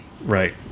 Right